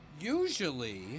usually